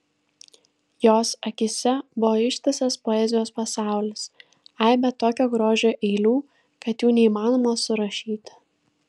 jos akyse buvo ištisas poezijos pasaulis aibė tokio grožio eilių kad jų neįmanoma surašyti